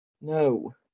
No